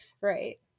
Right